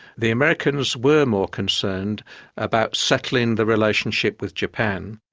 the americans were more concerned about settling the relationship with japan.